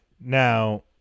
Now